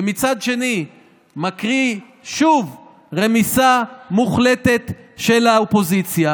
ומצד שני מקריא שוב רמיסה מוחלטת של האופוזיציה,